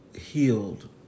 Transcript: healed